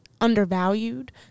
undervalued